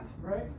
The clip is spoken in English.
Right